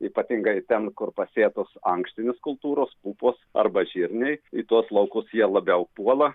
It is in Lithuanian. ypatingai ten kur pasėtos ankštinės kultūros pupos arba žirniai į tuos laukus jie labiau puola